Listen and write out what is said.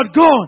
God